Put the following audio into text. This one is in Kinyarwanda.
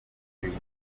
ubundi